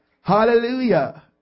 Hallelujah